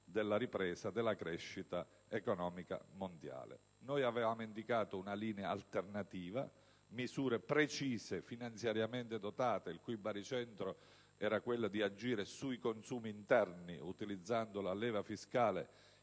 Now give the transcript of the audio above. della ripresa della crescita economica mondiale. Noi avevamo indicato una linea alternativa e misure precise, finanziariamente dotate, il cui baricentro era quello di agire sui consumi interni utilizzando la leva fiscale